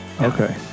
Okay